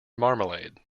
marmalade